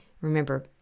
Remember